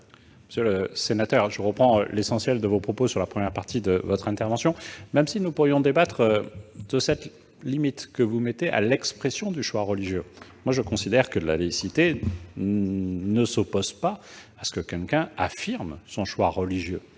Monsieur le sénateur, je pourrais reprendre l'essentiel de vos propos de la première partie de votre intervention, même si nous pourrions débattre de la limite que vous mettez à l'expression du choix religieux. Je considère que la laïcité ne s'oppose pas à ce que quelqu'un affirme son choix religieux.